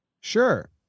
Sure